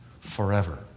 forever